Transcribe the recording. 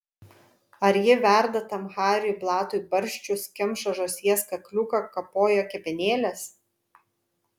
ar ji verda tam hariui blatui barščius kemša žąsies kakliuką kapoja kepenėles